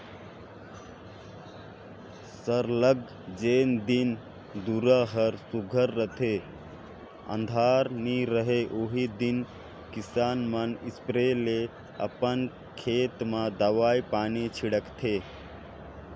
सरलग जेन दिन दुरा हर सुग्घर रहथे अंधार नी रहें ओही दिन किसान मन इस्पेयर ले अपन खेत में दवई पानी छींचथें